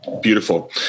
Beautiful